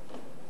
ותומכיהם.